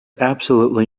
absolutely